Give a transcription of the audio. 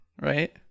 right